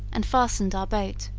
and fastened our boat.